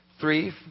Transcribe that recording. three